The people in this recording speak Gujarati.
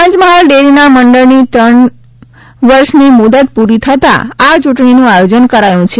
પંચમહાલ ડેરીના મંડળની ત્રણની વર્ષની મુદત પુરી થતાં આ ચૂંટણી નું આયોજન કરાયું છે